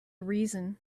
reason